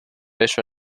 ello